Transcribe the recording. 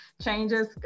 changes